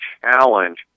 challenge